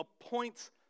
appoints